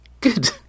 Good